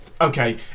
Okay